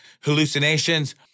hallucinations